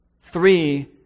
Three